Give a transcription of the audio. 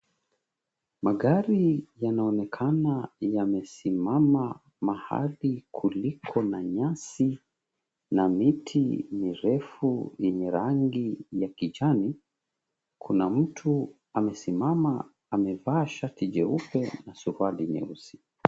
Magari yanaonekana yamesimama mahali kuliko na nyasi na miti mirefu yenye rangi ya kijani. Kuna mtu amesimama, amevaa shati nyeupe na suruali nyeusi.